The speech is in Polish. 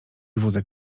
wózek